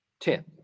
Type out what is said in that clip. Ten